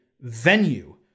venue